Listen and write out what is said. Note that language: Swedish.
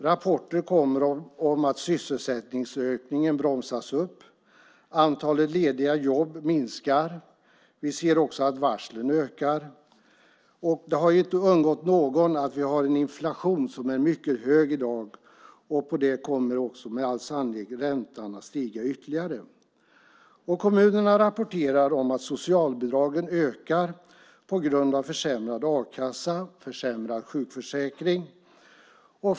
Rapporter kommer om att sysselsättningsökningen bromsas upp. Antalet lediga jobb minskar. Vi ser också att varslen ökar. Det har inte undgått någon att vi har en mycket hög inflation. På det kommer också med all sannolikhet räntan att stiga ytterligare. Kommunerna rapporterar om att antalet socialbidragstagare ökar på grund av försämrad a-kassa och försämrad sjukförsäkring.